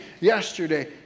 yesterday